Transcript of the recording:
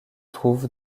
trouve